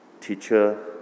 Teacher